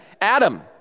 Adam